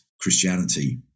christianity